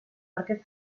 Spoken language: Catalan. perquè